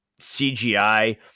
CGI